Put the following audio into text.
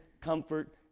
comfort